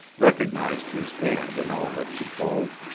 recognized his hand in all that she told.